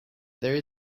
there